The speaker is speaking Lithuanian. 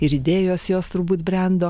ir idėjos jos turbūt brendo